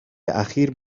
اخیر